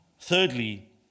Thirdly